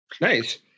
Nice